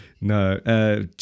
No